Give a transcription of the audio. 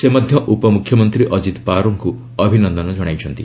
ସେ ମଧ୍ୟ ଉପମୁଖ୍ୟମନ୍ତ୍ରୀ ଅଜିତ ପାୱାରଙ୍କୁ ଅଭିନନ୍ଦନ ଜଣାଇଛନ୍ତି